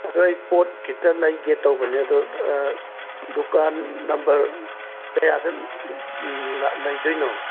ꯑꯗꯣ ꯑꯩ ꯄꯣꯠ ꯈꯤꯇ ꯂꯩꯒꯦ ꯇꯧꯕꯅꯦ ꯑꯗꯣ ꯗꯨꯀꯥꯟ ꯅꯝꯕꯔ ꯀꯌꯥꯗ ꯂꯩꯗꯣꯏꯅꯣ